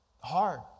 hard